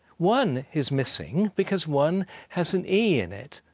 one is missing because one has an e in it.